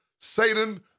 Satan